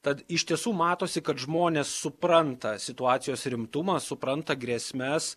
tad iš tiesų matosi kad žmonės supranta situacijos rimtumą supranta grėsmes